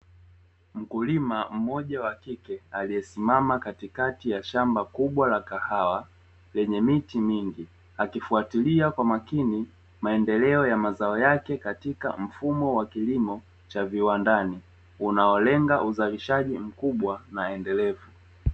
Mkulima mmoja wa kike aliyesimama katikati kwenye shamba lake la kahawa